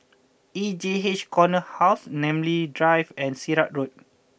E J H Corner House Namly Drive and Sirat Road